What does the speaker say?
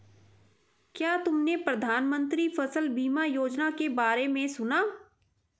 क्या तुमने प्रधानमंत्री फसल बीमा योजना के बारे में सुना?